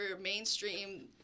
mainstream